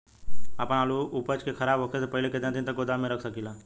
आपन आलू उपज के खराब होखे से पहिले केतन दिन तक गोदाम में रख सकिला?